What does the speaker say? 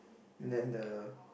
then the